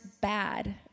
bad